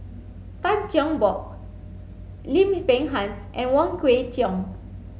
Tan Cheng Bock Lim Peng Han and Wong Kwei Cheong